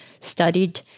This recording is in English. studied